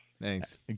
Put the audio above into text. Thanks